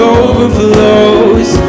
overflows